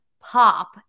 pop